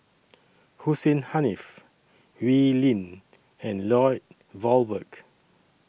Hussein Haniff Wee Lin and Lloyd Valberg